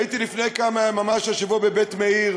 הייתי לפני כמה ימים, ממש השבוע, בבית-מאיר.